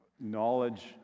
knowledge